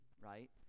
right